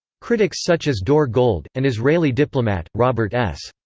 critics such as dore gold, an israeli diplomat, robert s.